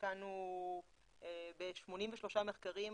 השקענו ב-83 מחקרים,